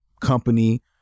company